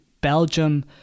Belgium